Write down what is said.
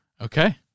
Okay